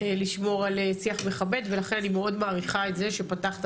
לשמור על שיח מכבד ולכן אני מאוד מעריכה את זה שפתחת